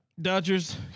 dodgers